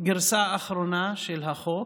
גרסה אחרונה של החוק.